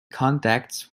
contacts